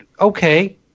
okay